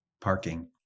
parking